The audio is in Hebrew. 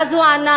ואז הוא ענה: